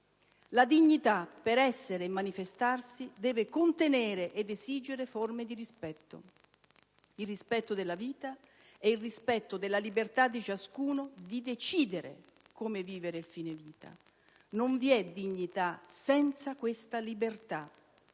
La dignità, per essere e manifestarsi, deve contenere ed esigere forme di rispetto: il rispetto della vita e il rispetto della libertà di ciascuno di decidere come vivere il fine vita. Non vi è dignità senza questa libertà,